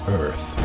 earth